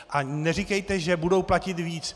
A neříkejte, že budou platit víc.